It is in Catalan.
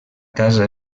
casa